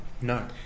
No